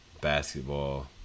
Basketball